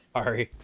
Sorry